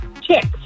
Chicks